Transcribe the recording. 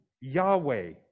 Yahweh